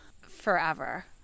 forever